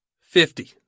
fifty